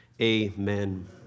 Amen